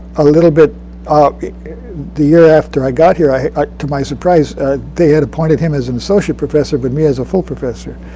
a little bit ah the year after i got here. ah to my surprise they had appointed him as an associate professor but me as a full professor.